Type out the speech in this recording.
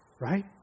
Right